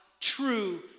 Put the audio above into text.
true